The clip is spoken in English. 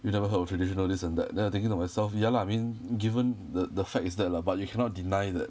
you never heard of traditional this and that then I'm thinking to myself ya lah I mean given the the fact is that lah but you cannot deny that